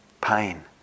pain